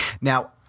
Now